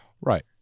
right